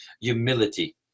humility